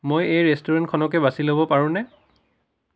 মই এই ৰেষ্টুৰেণ্টখনকে বাছি ল'ব পাৰোঁনে